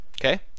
okay